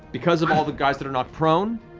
because of all the guys that are knocked prone